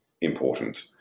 important